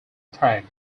prague